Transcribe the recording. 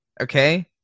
Okay